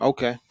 Okay